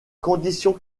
conditions